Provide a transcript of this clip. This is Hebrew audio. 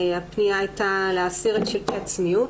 הפנייה הייתה להסיר את שלטי הצניעות.